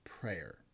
prayer